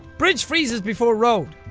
bridge freezes before road.